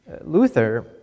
Luther